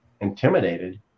intimidated